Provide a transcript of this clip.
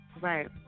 Right